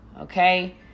Okay